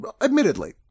admittedly